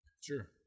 Sure